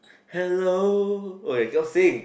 hello !oi! cannot sing